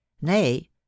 Nay